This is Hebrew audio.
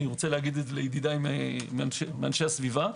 אני רוצה לומר לידידיי מאנשי הסביבה,